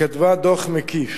וכתבה דוח מקיף.